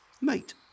Mate